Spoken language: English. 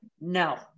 no